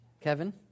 Kevin